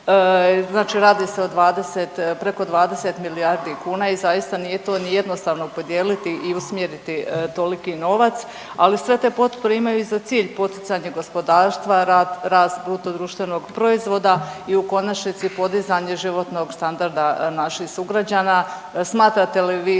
Znači radi se o 20, preko 20 milijardi kuna i zaista nije to ni jednostavno podijeliti i usmjeriti toliki novac, ali sve te potpore imaju i za cilj poticanje gospodarstva, rad, rast bruto društvenog proizvoda i u konačnici podizanje životnog standarda naših sugrađana. Smatrate li vi